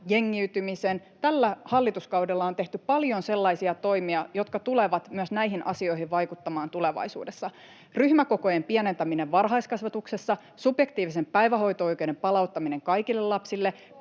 jengiytymisen. Tällä hallituskaudella on tehty paljon sellaisia toimia, jotka tulevat myös näihin asioihin vaikuttamaan tulevaisuudessa: ryhmäkokojen pienentäminen varhaiskasvatuksessa, subjektiivisen päivähoito-oikeuden palauttaminen kaikille lapsille,